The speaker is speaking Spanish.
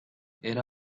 era